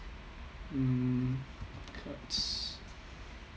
um cards